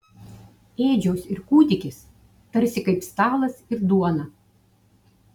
ėdžios ir kūdikis tarsi kaip stalas ir duona